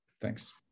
thanks